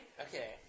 Okay